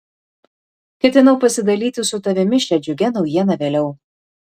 ketinau pasidalyti su tavimi šia džiugia naujiena vėliau